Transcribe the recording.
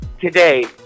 today